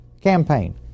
Campaign